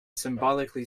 symbolically